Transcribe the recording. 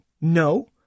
No